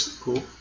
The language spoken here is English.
cool